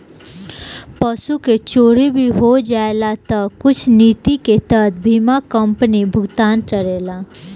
पशु के चोरी भी हो जाला तऽ कुछ निति के तहत बीमा कंपनी भुगतान करेला